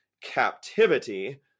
captivity